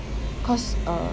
cause uh